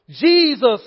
Jesus